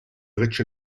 rich